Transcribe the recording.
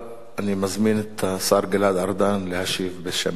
אני מזמין את השר גלעד ארדן להשיב בשם הממשלה.